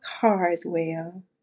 Carswell